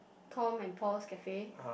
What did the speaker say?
Tom and Paul's Cafe